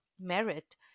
merit